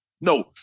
No